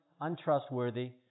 untrustworthy